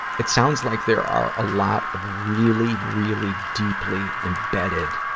it sounds like there are a lot of really, really deeply embedded